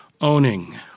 owning